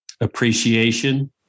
appreciation